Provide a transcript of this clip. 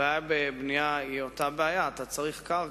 הבעיה בבנייה היא אותה בעיה, אתה צריך קרקע.